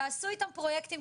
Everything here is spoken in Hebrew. תעשו איתן פרויקטים,